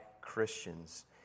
Christians